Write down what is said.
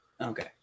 Okay